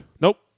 Nope